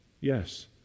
Yes